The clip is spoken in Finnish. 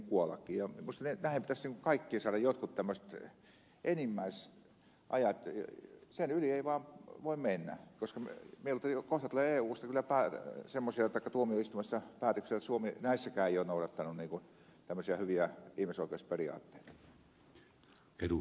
minusta näihin kaikkiin pitäisi saada jotkut tämmöiset enimmäisajat niin että niiden yli ei vaan voi mennä tai meille tulee kohta kyllä eu tuomioistuimesta semmoisia päätöksiä että suomi ei ole näissäkään noudattanut hyviä ihmisoikeusperiaatteita